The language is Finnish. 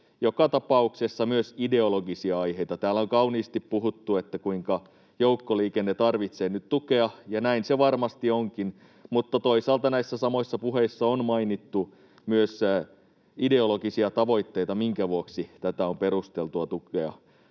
joka tapauksessa myös ideologisia aiheita. Täällä on kauniisti puhuttu, kuinka joukkoliikenne tarvitsee nyt tukea, ja näin se varmasti onkin, mutta toisaalta näissä samoissa puheissa on mainittu myös ideologisia tavoitteita, minkä vuoksi tätä on perusteltua tukea.